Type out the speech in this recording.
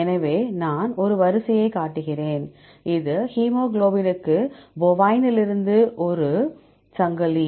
எனவே நான் ஒரு வரிசையைக் காட்டுகிறேன் இது ஹீமோகுளோபினுக்கு போவைனிலிருந்து ஒரு சங்கிலி